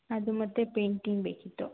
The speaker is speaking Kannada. ಅದು ಮತ್ತು ಪೇಟಿಂಗ್ ಬೇಕಿತ್ತು